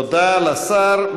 תודה לשר.